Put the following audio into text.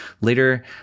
later